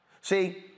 See